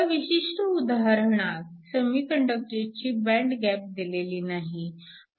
ह्या विशिष्ट उदाहरणात सेमीकंडक्टरची बँड गॅप दिलेली नाही